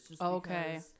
Okay